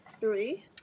three